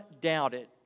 doubted